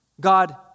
God